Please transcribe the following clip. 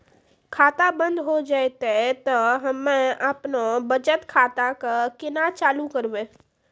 खाता बंद हो जैतै तऽ हम्मे आपनौ बचत खाता कऽ केना चालू करवै?